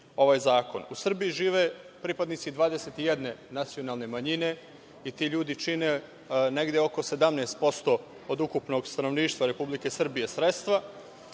ovaj zakon. U Srbiji žive pripadnici 21 nacionalne manjine, i ti ljudi čine negde oko 17% od ukupnog stanovništva Republike Srbije. Sredstva